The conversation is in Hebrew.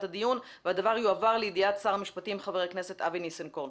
הדיון והדבר יועבר לידיעת שר המשפטים ח"כ אבי ניסנקורן.